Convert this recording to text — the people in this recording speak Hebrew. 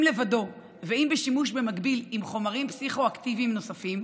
אם לבדו ואם בשימוש במקביל עם חומרים פסיכו-אקטיביים נוספים,